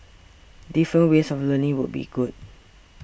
different ways of learning would be good